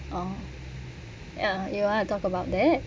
oh you want to talk about that